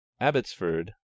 Abbotsford